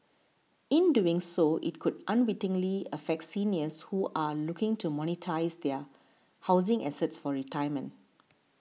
in doing so it could unwittingly affect seniors who are looking to monetise their housing assets for retirement